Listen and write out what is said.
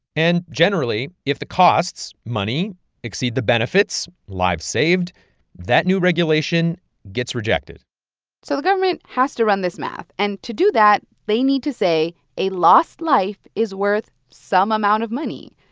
and generally, if the costs money exceed the benefits lives saved that new regulation gets rejected so the government has to run this math, and to do that, they need to say a lost life is worth some amount of money.